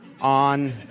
on